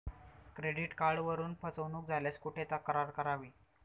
Credit कार्डवरून फसवणूक झाल्यास कुठे तक्रार करावी?